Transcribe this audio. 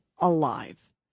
alive